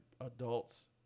adults